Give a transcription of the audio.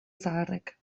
zaharrek